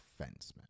defenseman